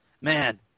Man